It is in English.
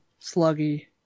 Sluggy